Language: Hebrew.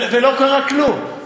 ולא קרה כלום.